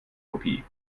kopie